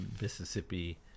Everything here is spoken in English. Mississippi